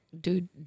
Dude